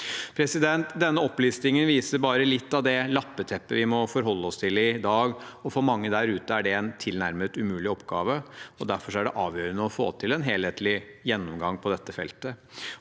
Denne opplistingen viser bare litt av det lappeteppet vi må forholde oss til i dag. For mange der ute er det en tilnærmet umulig oppgave, og derfor er det avgjørende å få til en helhetlig gjennomgang på dette feltet.